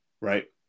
Right